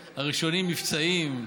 F-35 הראשונים, מבצעיים.